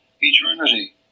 eternity